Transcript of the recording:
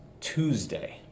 Tuesday